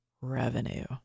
revenue